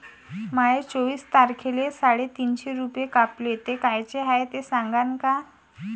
माये चोवीस तारखेले साडेतीनशे रूपे कापले, ते कायचे हाय ते सांगान का?